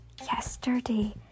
yesterday